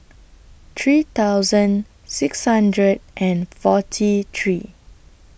three thousand six hundred and forty three